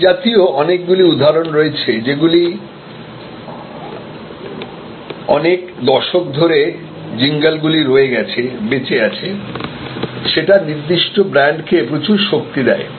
এই জাতীয় অনেকগুলি উদাহরণ রয়েছেজিঙ্গল যেগুলি অনেক দশক ধরে রয়ে গেছে বেঁচে আছে সেটা নির্দিষ্ট ব্র্যান্ডকে প্রচুর শক্তি দেয়